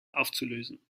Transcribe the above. aufzulösen